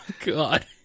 god